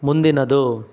ಮುಂದಿನದು